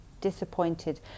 disappointed